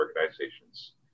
organizations